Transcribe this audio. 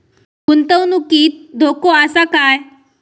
गुंतवणुकीत धोको आसा काय?